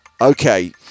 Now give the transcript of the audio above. okay